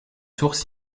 sources